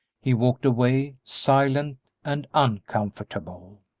he walked away, silent and uncomfortable.